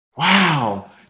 Wow